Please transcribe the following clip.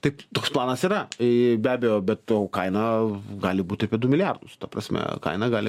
taip toks planas yra be abejo bet to kaina gali būti apie du milijardus ta prasme kaina gali